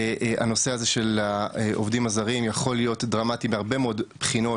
הנושא הזה של העובדים הזרים יכול להיות דרמטי בהרבה מאוד בחינות,